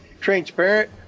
transparent